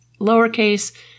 lowercase